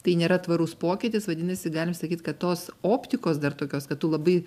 tai nėra tvarus pokytis vadinasi galim sakyt kad tos optikos dar tokios kad tu labai